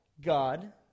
God